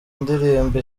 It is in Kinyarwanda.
indirimbo